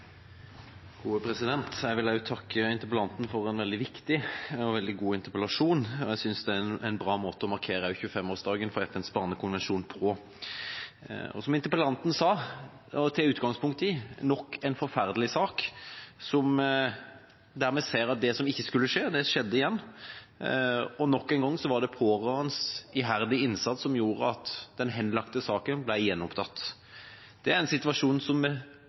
en bra måte å markere 25-årsdagen for FNs barnekonvensjon på. Interpellanten har tatt utgangspunkt i nok en forferdelig sak, der vi ser at det som ikke skulle skje, skjedde igjen, og nok en gang var det pårørendes iherdige innsats som gjorde at den henlagte saken ble gjenopptatt. Alle er enige om at sånn skal det selvsagt ikke være. Da kommer spørsmålet om politiet har god nok kompetanse, og om de prioriterer saker der det er